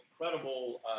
incredible